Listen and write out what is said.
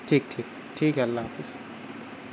ٹھیک ٹھیک ٹھیک ہے اللہ حافظ